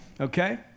Okay